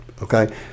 Okay